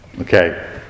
Okay